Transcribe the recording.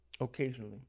Occasionally